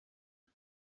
and